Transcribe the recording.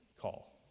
call